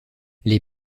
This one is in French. les